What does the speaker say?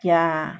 yeah